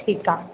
ठीकु आहे